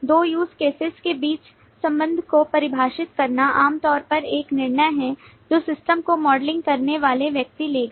दो use cases के बीच संबंध को परिभाषित करना आमतौर पर एक निर्णय है जो सिस्टम को मॉडलिंग करने वाले व्यक्ति लेगा